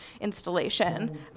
installation